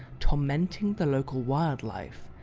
tormenting the local wildlife,